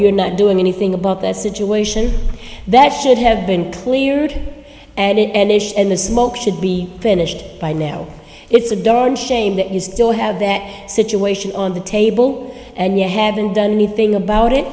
you're not doing anything about this situation that should have been cleared and they should and the smoke should be finished by now it's a darn shame that is still have that situation on the table and you haven't done anything about it